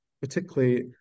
particularly